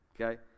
Okay